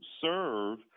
serve